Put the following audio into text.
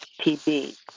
TB